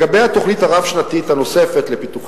לגבי התוכנית הרב-שנתית הנוספת לפיתוח